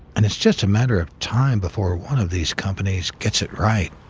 and it's just a matter of time before one of these companies gets it right.